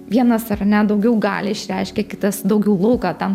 vienas ar ne daugiau galią išreiškia kitas daugiau lauką tam